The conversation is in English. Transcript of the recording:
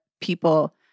people